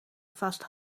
fast